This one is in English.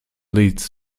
leads